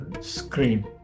screen